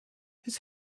his